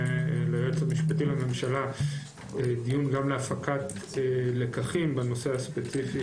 ליועץ המשפטי לממשלה דיון גם להפקת לקחים בנושא הספציפי